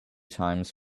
times